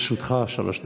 לרשותך שלוש דקות,